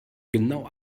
genau